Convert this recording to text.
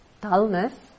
dullness